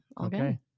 Okay